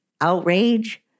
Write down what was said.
outrage